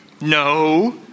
No